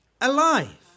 alive